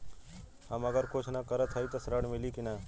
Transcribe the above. हम अगर कुछ न करत हई त ऋण मिली कि ना?